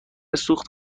سوخت